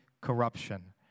corruption